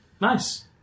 Nice